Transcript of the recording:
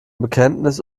bekenntnis